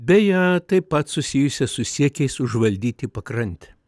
beje taip pat susijusias su siekiais užvaldyti pakrantę